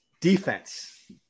Defense